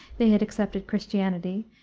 they had accepted christianity,